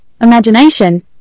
imagination